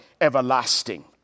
everlasting